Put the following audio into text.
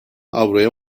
avroya